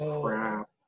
crap